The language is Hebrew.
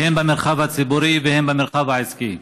הן במרחב הציבורי והן במרחב העסקי.